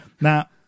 Now